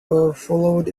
overflowed